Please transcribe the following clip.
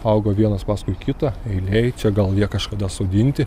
auga vienas paskui kitą eilėj čia gal jie kažkada sodinti